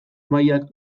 mailak